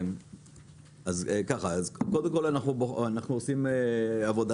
אז ככה אז קודם כל אנחנו עושים עבודה